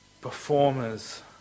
performers